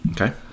Okay